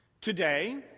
Today